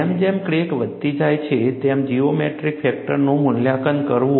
જેમ જેમ ક્રેક વધતી જાય છે તેમ જીઓમેટ્રી ફેક્ટરનું મૂલ્યાંકન કરવું